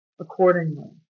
accordingly